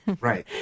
Right